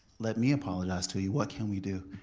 let me apologize to you. what can we do?